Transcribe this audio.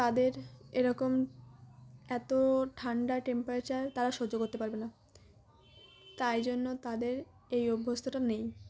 তাদের এরকম এত ঠান্ডা টেম্পারেচার তারা সহ্য করতে পারবে না তাই জন্য তাদের এই অভ্যস্তটা নেই